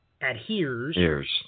adheres